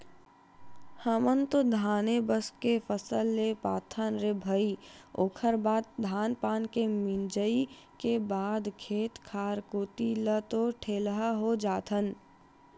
हमन तो धाने बस के फसल ले पाथन रे भई ओखर बाद धान पान के मिंजई के बाद खेत खार कोती ले तो ठेलहा हो जाथन